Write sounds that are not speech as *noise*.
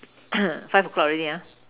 *coughs* five o-clock already ah